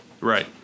Right